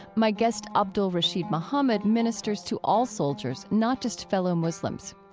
my guest, abdul-rasheed muhammad, ministers to all soldiers, not just fellow muslims.